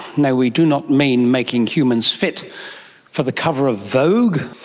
now, we do not mean making humans fit for the cover of vogue.